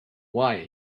why